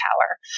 power